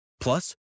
Plus